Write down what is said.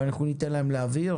אבל אנחנו ניתן להם להבהיר.